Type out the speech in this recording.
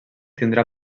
tindrà